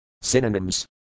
Synonyms